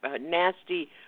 nasty